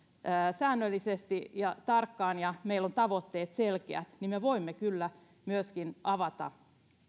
säännöllisesti ja tarkkaan ja meillä on selkeät tavoitteet niin me voimme kyllä myöskin avata